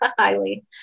highly